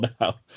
now